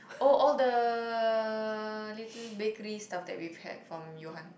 oh all the little bakery stuff that we've had from Yohan